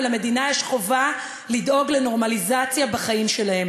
ולמדינה יש חובה לדאוג לנורמליזציה בחיים שלהם.